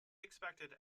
expected